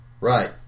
Right